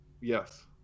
Yes